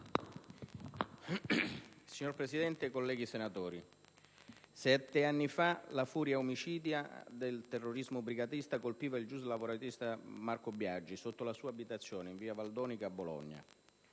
Signor Presidente, colleghi senatori, sette anni fa la furia omicida del terrorismo brigatista colpiva il giuslavorista Marco Biagi, sotto la sua abitazione, in via Valdonica, a Bologna.